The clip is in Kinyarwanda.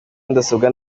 mudasobwa